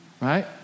right